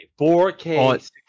4K